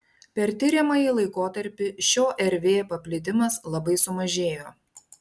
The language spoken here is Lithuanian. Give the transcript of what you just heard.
per tiriamąjį laikotarpį šio rv paplitimas labai sumažėjo